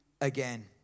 again